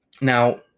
now